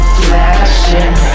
flashing